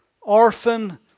orphan